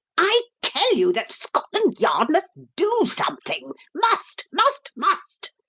i tell you that scotland yard must do something must! must! must!